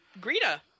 Greta